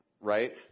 Right